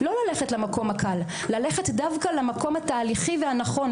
לא ללכת למקום הקל ללכת דווקא למקום התהליכי והנכון,